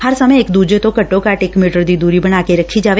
ਹਰ ਸਮੇਂ ਇੱਕ ਦੂਜੇ ਤੋਂ ਘੱਟੋ ਘੱਟ ਇਕ ਮੀਟਰ ਦੀ ਦੂਰੀ ਬਣਾ ਕੇ ਰੱਖੀ ਜਾਵੇ